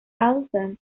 album